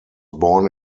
born